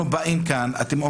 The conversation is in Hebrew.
אבל כאן אני כן רוצה